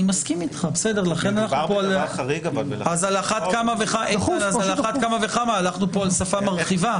אני מסכים איתך ועל אחת כמה וכמה הלכנו פה על שפה מרחיבה.